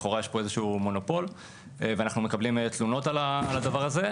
לכאורה יש פה מונופול ואנו מקבלים תלונות על הדבר הזה.